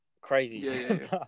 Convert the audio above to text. crazy